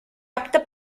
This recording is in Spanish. apta